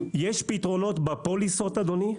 יש פתרונות בפוליסות אדוני,